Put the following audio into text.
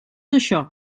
això